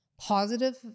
positive